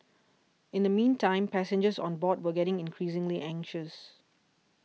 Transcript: in the meantime passengers on board were getting increasingly anxious